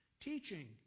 Teaching